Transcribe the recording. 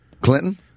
Clinton